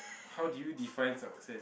how do you define success